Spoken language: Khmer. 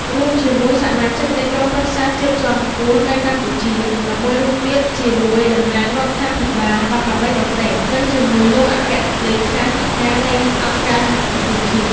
រួមជាមួយសមាជិកនៃក្រុមប្រឹក្សាជាតិជាន់ខ្ពស់នៃកម្ពុជា១១ រូបទៀត ជា មួយតំណាងរដ្ឋាភិបាល១៨ ប្រទេស និងជាមួយលោកអគ្គលេខាធិការ នៃអង្គការសហប្រជាជាតិ។